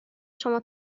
شما